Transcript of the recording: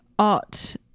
art